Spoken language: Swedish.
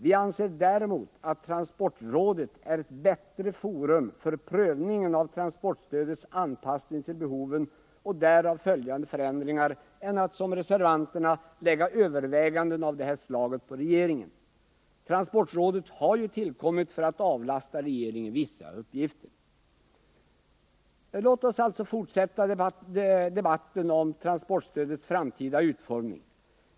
Vi anser däremot att transportrådet är ett bättre forum för prövningen av transportstödets anpassning till behoven och därav följande förändringar än regeringen, som reservanterna föreslår skall åläggas överväganden av det här slaget. Transportrådet har ju tillkommit för att avlasta regeringen vissa uppgifter. Låt oss alltså fortsätta debatten om transportstödets framtida utformning.